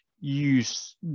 use